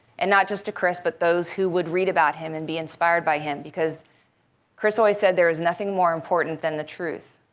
and not just to chris, but those who would read about him and be inspired by him. because chris always said there is nothing more important than the truth.